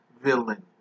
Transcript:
villain